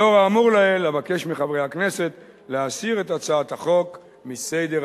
לאור האמור לעיל אבקש מחברי הכנסת להסיר את הצעת החוק מסדר-היום.